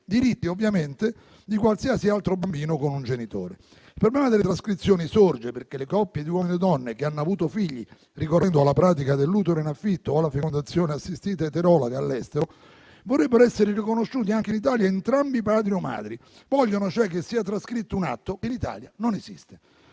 diritti di qualsiasi altro bambino con un genitore; il problema delle trascrizioni sorge perché le coppie di uomini o donne che hanno avuto figli ricorrendo alla pratica dell'utero in affitto o alla fecondazione assistita eterologa, all'estero, vorrebbero essere riconosciuti anche in Italia entrambi padri o madri. Vogliono cioè che sia trascritto un atto che in Italia non esiste.